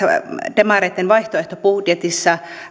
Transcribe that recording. demareitten vaihtoehtobudjetissa